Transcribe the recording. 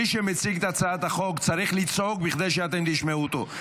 מי שמציג את הצעת החוק צריך לצעוק בכדי שאתם תשמעו אותו.